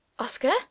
Oscar